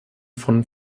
von